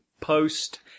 post